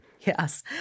Yes